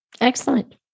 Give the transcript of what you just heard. Excellent